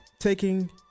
taking